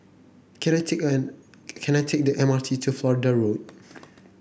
can I take an can I take the M R T to Florida Road